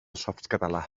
softcatalà